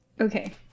okay